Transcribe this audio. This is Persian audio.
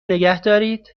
نگهدارید